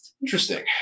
Interesting